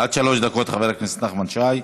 עד שלוש דקות, חבר הכנסת נחמן שי.